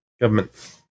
Government